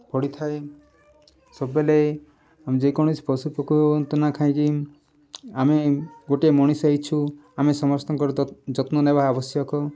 ପଡ଼ିଥାଏ ସବୁବେଲେ ଯେକୌଣସି ପଶୁ ପକ୍ଷୀ ହୁଅନ୍ତୁନା କାହିଁକି ଆମେ ଗୋଟିଏ ମଣିଷ ହୋଇଛୁ ଆମେ ସମସ୍ତଙ୍କର ଯତ୍ନ ନେବା ଆବଶ୍ୟକ